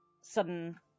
sudden